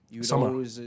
Summer